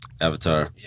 Avatar